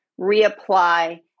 reapply